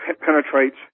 penetrates